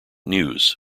news